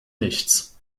nichts